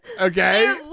Okay